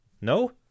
No